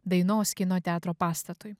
dainos kino teatro pastatui